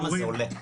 וכמה זה עולה?